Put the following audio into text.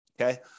Okay